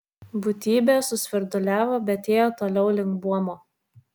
būtybė susvirduliavo bet ėjo toliau link buomo